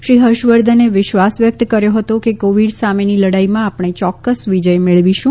શ્રી હર્ષવર્ધને વિશ્વાસ વ્યક્ત કર્યો હતો કે કોવિડ સામેની લડાઈમાં આપણે યોક્કસ વિજય મેળવીશું